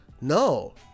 no